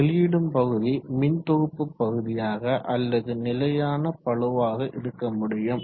வெளியிடும் பகுதி மின் தொகுப்பு பகுதியாக அல்லது நிலையான பளுவாக இருக்க முடியும்